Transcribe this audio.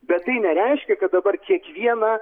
bet tai nereiškia kad dabar kiekvieną